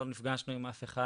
לא נפגשנו עם אף אחד,